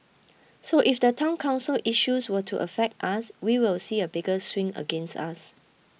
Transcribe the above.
so if the Town Council issues were to affect us we will see a bigger swing against us